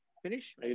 Finish